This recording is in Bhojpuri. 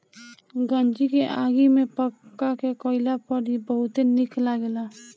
गंजी के आगी में पका के खइला पर इ बहुते निक लगेला